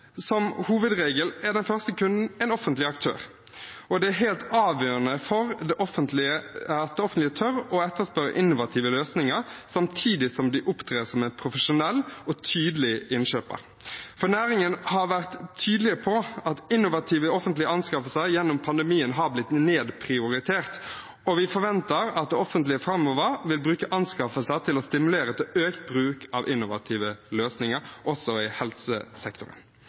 Som hovedregel er den første kunden en offentlig aktør, og det er helt avgjørende at det offentlige tør å etterspørre innovative løsninger, samtidig som de opptrer som en profesjonell og tydelig innkjøper. Næringen har vært tydelig på at innovative offentlige anskaffelser gjennom pandemien har blitt nedprioritert, og vi forventer at det offentlige framover vil bruke anskaffelser til å stimulere til økt bruk av innovative løsninger også i helsesektoren.